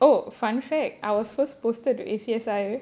oh fun fact I was first posted to A_C_S_I